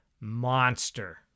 monster